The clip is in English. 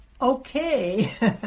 okay